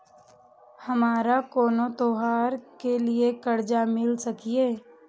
हमारा कोनो त्योहार के लिए कर्जा मिल सकीये?